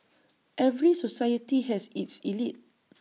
every society has its elite